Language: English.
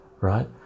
right